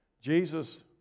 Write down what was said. jesus